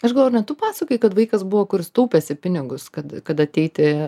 aš galvoju ar ne tu pasakojai kad vaikas buvo kuris taupėsi pinigus kad kad ateiti